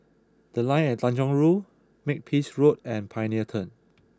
the Line at Tanjong Rhu Makepeace Road and Pioneer Turn